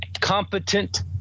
competent